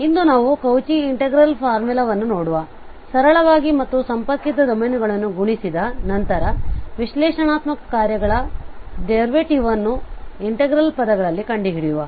ಆದ್ದರಿಂದ ಇಂದು ನಾವು ಕೌಚಿ ಇಂಟಿಗ್ರಲ್ ಫಾರ್ಮುಲಾವನ್ನು ನೋಡುವ ಸರಳವಾಗಿ ಮತ್ತು ಸಂಪರ್ಕಿತ ಡೊಮೇನ್ಗಳನ್ನು ಗುಣಿಸಿ ನಂತರ ವಿಶ್ಲೇಷಣಾತ್ಮಕ ಕಾರ್ಯಗಳಡರ್ವೆಟಿವ್ ನ್ನು ಇನ್ಟೆಗ್ರಲ್ ಪದಗಳಲ್ಲಿ ಕಂಡುಹಿಡಿಯುವ